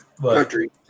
country